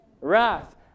Wrath